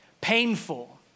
painful